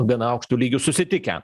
gana aukštu lygiu susitikę